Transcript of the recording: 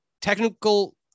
technical